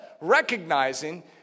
recognizing